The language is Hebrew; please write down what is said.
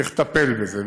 צריך לטפל בזה.